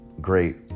Great